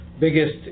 biggest